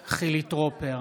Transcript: נוכח חילי טרופר,